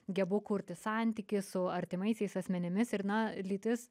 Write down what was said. gebu kurti santykį su artimaisiais asmenimis ir na lytis